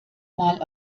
mal